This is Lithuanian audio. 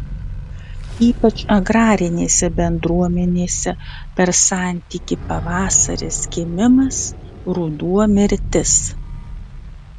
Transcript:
ypač agrarinėse bendruomenėse per santykį pavasaris gimimas ruduo mirtis